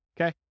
Okay